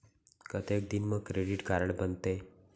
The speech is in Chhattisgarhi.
कतेक दिन मा क्रेडिट कारड बनते?